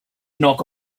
knock